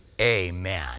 Amen